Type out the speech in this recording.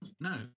No